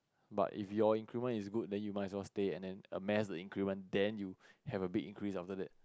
but if your increment is good then might as well stay and then a massive increment then you have a big increase after that